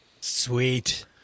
Sweet